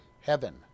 heaven